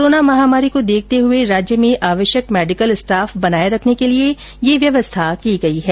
corona महामारी को देखते हुए राज्य में आवश्यक मेडिकल स्टाफ बनाये रखने के लिए ये व्यवस्था की गई है